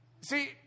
See